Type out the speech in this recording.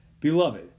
Beloved